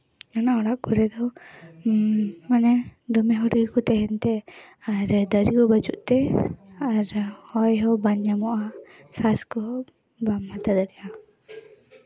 ᱚᱱᱟ ᱚᱲᱟᱜ ᱠᱚᱨᱮ ᱫᱚ ᱢᱟᱱᱮ ᱫᱚᱢᱮ ᱦᱚᱲ ᱜᱮᱠᱚ ᱛᱟᱦᱮᱱ ᱛᱮ ᱟᱨ ᱫᱟᱨᱮ ᱠᱚ ᱵᱟᱹᱪᱩᱜ ᱛᱮ ᱟᱨ ᱦᱚᱭ ᱦᱚᱸ ᱵᱟᱝ ᱧᱟᱢᱚᱜᱼᱟ ᱥᱟᱥ ᱠᱚᱦᱚᱸ ᱵᱟᱢ ᱦᱟᱛᱟᱣ ᱫᱟᱲᱮᱭᱟᱜᱼᱟ